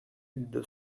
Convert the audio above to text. deux